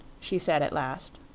she said at last.